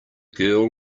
girl